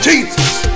Jesus